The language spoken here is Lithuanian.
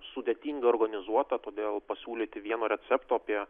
sudėtinga organizuota todėl pasiūlyti vieno recepto apie